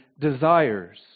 desires